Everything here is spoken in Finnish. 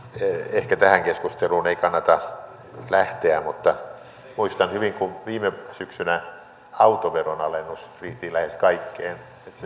ehkä tähän keskusteluun ei kannata lähteä mutta muistan hyvin kun viime syksynä autoveron alennus riitti lähes kaikkeen